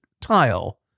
tile